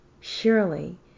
surely